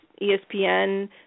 ESPN